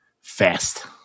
Fast